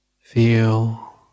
feel